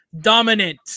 dominant